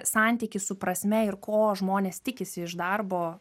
santykis su prasme ir ko žmonės tikisi iš darbo